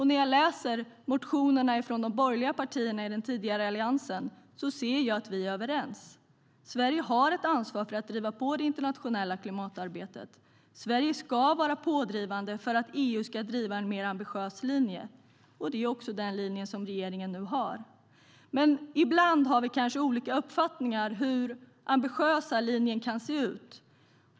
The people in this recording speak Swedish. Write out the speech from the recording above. När jag läser motionerna från de borgerliga partierna i Alliansen ser jag att vi är överens. Sverige har ett ansvar för att driva på i det internationella klimatarbetet. Sverige ska vara pådrivande för att EU ska driva en mer ambitiös linje. Det är också den linje som regeringen nu har. Men ibland har vi kanske olika uppfattningar om hur denna ambitiösa linje kan se ut.